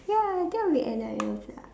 ya I think I'll be Anna and Elsa